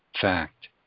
fact